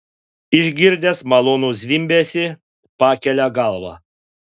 išgirdęs malonų zvimbesį pakelia galvą